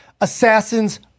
Assassins